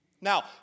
Now